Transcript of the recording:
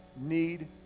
need